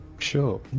sure